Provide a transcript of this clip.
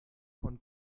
von